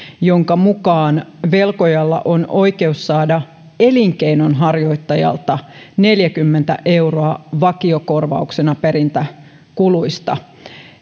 jonka mukaan velkojalla on oikeus saada elinkeinonharjoittajalta neljäkymmentä euroa vakiokorvauksena perintäkuluista